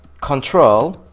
Control